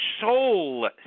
soul